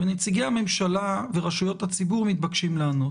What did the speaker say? ונציגי הממשלה ורשויות הציבור מתבקשים לענות.